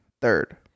third